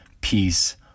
peace